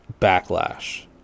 backlash